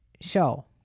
show